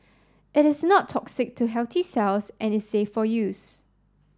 it is not toxic to healthy cells and is safe for use